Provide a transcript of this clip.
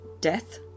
death